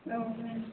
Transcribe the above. औ मेम